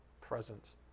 presence